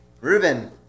Ruben